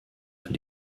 für